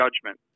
judgment